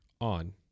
On